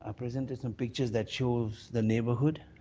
ah presented some pictures that shows the neighbourhood,